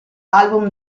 album